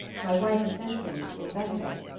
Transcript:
my wife has sent for you to confess her?